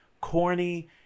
corny